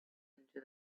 into